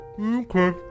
Okay